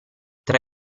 tra